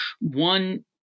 one